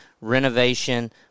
renovation